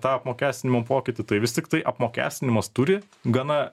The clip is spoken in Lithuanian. tą apmokestinimo pokytį tai vis tiktai apmokestinimas turi gana